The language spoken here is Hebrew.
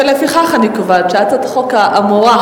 לפיכך אני קובעת שהצעת החוק האמורה,